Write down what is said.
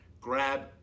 Grab